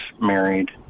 married